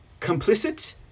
complicit